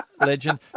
legend